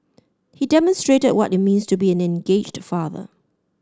he demonstrated what it means to be an engaged father